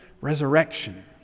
resurrection